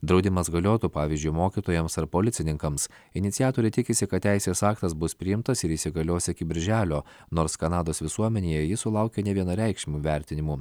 draudimas galiotų pavyzdžiui mokytojams ar policininkams iniciatoriai tikisi kad teisės aktas bus priimtas ir įsigalios iki birželio nors kanados visuomenėje jis sulaukė nevienareikšmių vertinimų